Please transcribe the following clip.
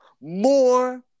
more